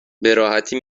براحتی